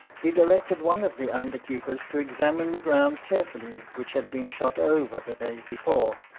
he directed one of the under-keepers to examine the ground carefully, which had been shot over the day before.